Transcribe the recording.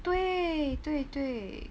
对对对